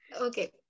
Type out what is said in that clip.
okay